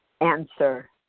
answer